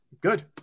Good